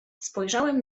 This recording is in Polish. spojrzałem